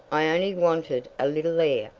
i only wanted a little air,